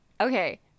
Okay